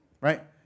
right